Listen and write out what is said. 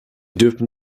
dürfen